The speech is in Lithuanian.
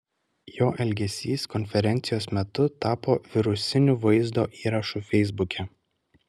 jo elgesys konferencijos metu tapo virusiniu vaizdo įrašu feisbuke